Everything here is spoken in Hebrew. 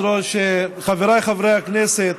כבוד היושבת-ראש, חבריי חברי הכנסת,